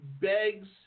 begs